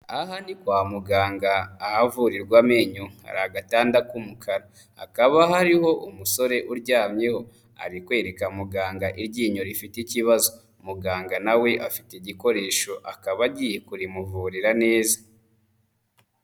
Aha ni kwa muganga ahavurirwa amenyo, hari agatanda k'umukara hakaba hariho umusore uryamyeho, ari kwereka muganga iryinyo rifite ikibazo, muganga na we afite igikoresho akaba agiye kurimuvurira neza.